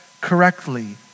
correctly